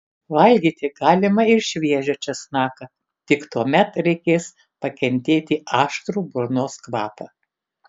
valgyti galima ir šviežią česnaką tik tuomet reikės pakentėti aštrų burnos kvapą